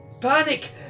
panic